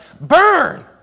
burn